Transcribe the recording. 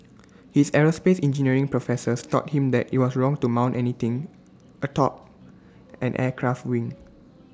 his aerospace engineering professors taught him that IT was wrong to mount anything atop an aircraft wing